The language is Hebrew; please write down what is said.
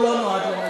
לא, הוא לא נועד לנגח.